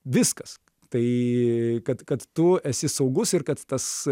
viskas tai kad kad tu esi saugus ir kad tas